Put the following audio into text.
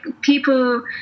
people